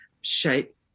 shape